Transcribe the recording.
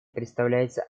представляется